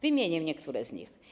Wymienię niektóre z nich.